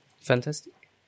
Fantastic